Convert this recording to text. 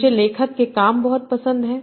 मुझे लेखक के काम बहुत पसंद हैं